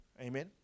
Amen